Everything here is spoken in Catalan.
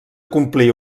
complir